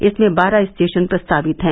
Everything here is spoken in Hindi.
इसमें बारह स्टेशन प्रस्तावित हैं